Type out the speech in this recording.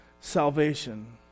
salvation